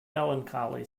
melancholy